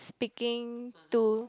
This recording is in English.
speaking to